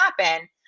happen